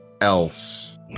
else